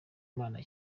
imana